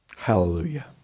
Hallelujah